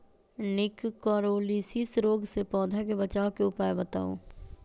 निककरोलीसिस रोग से पौधा के बचाव के उपाय बताऊ?